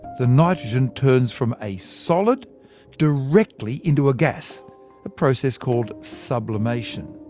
the nitrogen turns from a solid directly into gas a process called sublimation.